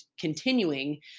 continuing